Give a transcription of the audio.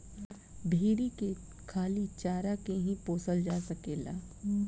भेरी के खाली चारा के ही पोसल जा सकेला